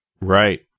Right